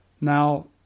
Now